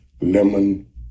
Lemon